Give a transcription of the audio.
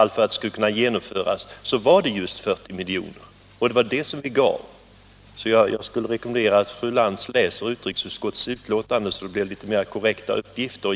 För det erfordrades just 40 miljoner, och det var vad vi gav. Jag rekommenderar fru Lantz att läsa utrikesutskottets betänkande.